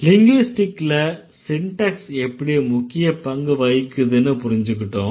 லிங்விஸ்டிக்ல syntax எப்படி முக்கிய பங்கு வகிக்குதுன்னு புரிஞ்சிக்கிட்டோம்